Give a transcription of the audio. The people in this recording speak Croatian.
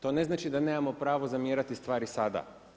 To ne znači da nemamo pravo zamjerati stvari sada.